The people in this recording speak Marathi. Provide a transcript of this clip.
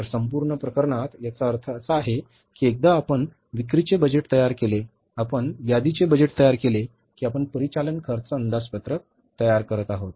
तर संपूर्ण प्रकरणात याचा अर्थ असा आहे की एकदा आपण विक्रीचे बजेट तयार केले आपण यादीचे बजेट तयार केले की आपण परिचालन खर्च अंदाजपत्रक तयार करत आहोत